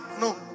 no